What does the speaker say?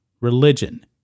religion